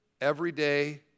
everyday